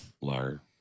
liar